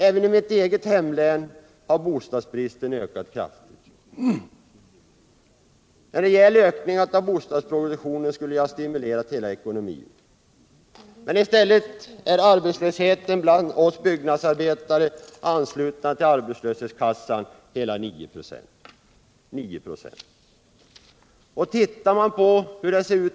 Även i mitt eget hemlän har bostadsbristen ökat kraftigt. En rejäl ökning av bostadsproduktionen skulle ha stimulerat hela ekonomin, men i stället är arbetslösheten bland oss byggnadsarbetare, anslutna till arbetslöshetskassan, hela 9 7.